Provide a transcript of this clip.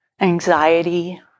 anxiety